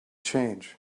change